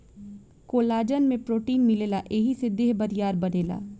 collagen में protein मिलेला एही से देह बरियार बनेला